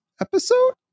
episode